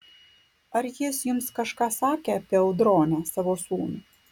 ar jis jums kažką sakė apie audronę savo sūnų